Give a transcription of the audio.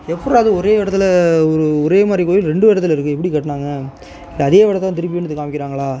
எப்புட்றா அது ஒரே இடத்துல ஒரு ஒரே மாதிரி கோயில் ரெண்டு இடத்துல இருக்கு எப்படி கட்டினாங்க இல்லை அதே இடத்த தான் திருப்பி கொண்டு வந்து காமிக்கிறாங்களா